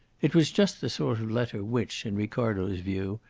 it was just the sort of letter, which in ricardo's view,